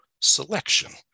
selection